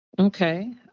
Okay